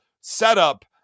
setup